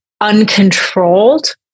uncontrolled